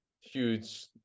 huge